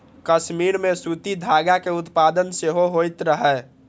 कश्मीर मे सूती धागा के उत्पादन सेहो होइत रहै